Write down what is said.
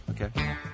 Okay